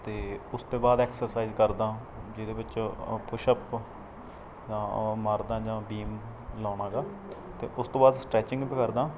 ਅਤੇ ਉਸ ਤੋਂ ਬਾਅਦ ਐਕਸਰਸਾਈਜ਼ ਕਰਦਾ ਜਿਹਦੇ ਵਿੱਚ ਪੁਛ ਅੱਪ ਜਾਂ ਉਹ ਮਾਰਦਾ ਜਾਂ ਬੀਮ ਲਾਉਂਦਾ ਹੈਗਾ ਅਤੇ ਉਸ ਤੋਂ ਬਾਅਦ ਸਟਰੈਚਿੰਗ ਵੀ ਕਰਦਾ